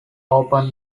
open